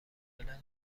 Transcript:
فعلا